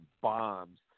bombs